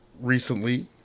recently